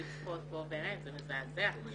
הוא מזעזע.